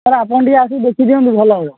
sir ଆପଣ ଟିକେ ଆସି ଦେଖି ଦିଅନ୍ତୁ ଭଲ ହେବ